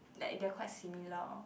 like they are quite similar